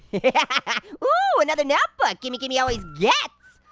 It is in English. yeah oh! another notebook. gimme, gimme all these gets.